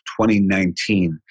2019